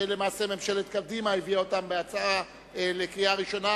שלמעשה ממשלת קדימה הביאה אותם בהצעה לקריאה ראשונה.